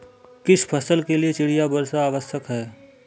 किस फसल के लिए चिड़िया वर्षा आवश्यक है?